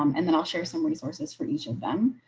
um and then i'll share some resources for each of them.